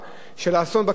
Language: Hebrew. אולי הוא זה,